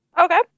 okay